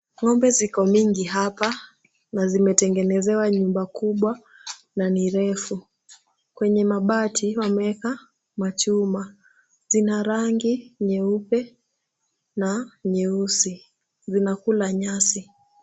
Ng'ombe ziko mingi hapa na zimetengenezewa nyumba kubwa na ni refu. Kwenye mabati wameeka machuma . Zina rangi nyeupe na nyeusi. Zinakula nyasi.